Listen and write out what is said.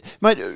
mate